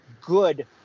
good